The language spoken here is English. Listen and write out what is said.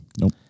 Nope